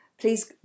please